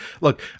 Look